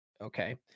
okay